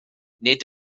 nid